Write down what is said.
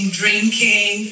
drinking